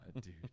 Dude